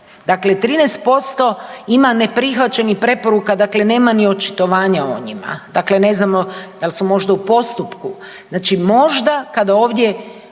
dakle, 13% ima neprihvaćenih preporuka. Dakle, nema ni očitovanja o njima. Dakle, ne znamo dal' su možda u postupku. Znači možda kada ovdje